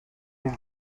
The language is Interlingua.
plus